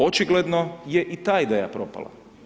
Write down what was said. Očigledno je i da ideja propala.